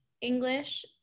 English